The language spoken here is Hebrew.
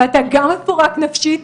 ואתה גם מפורק נפשית